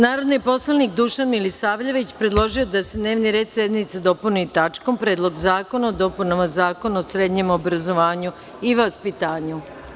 Narodni poslanik Dušan Milisavljević predložio da se dnevni red sednice dopuni tačkom – Predlog zakona o dopunama Zakona o srednjem obrazovanju i vaspitanju.